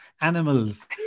animals